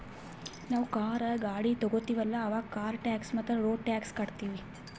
ನಾವ್ ಕಾರ್, ಗಾಡಿ ತೊಗೋತೀವಲ್ಲ, ಅವಾಗ್ ಕಾರ್ ಟ್ಯಾಕ್ಸ್ ಮತ್ತ ರೋಡ್ ಟ್ಯಾಕ್ಸ್ ಕಟ್ಟತೀವಿ